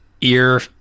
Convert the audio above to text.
ear